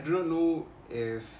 I do not know if